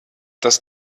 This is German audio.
das